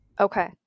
Okay